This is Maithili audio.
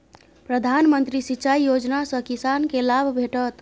प्रधानमंत्री सिंचाई योजना सँ किसानकेँ लाभ भेटत